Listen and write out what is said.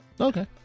okay